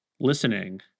listening